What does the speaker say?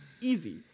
Easy